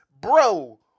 Bro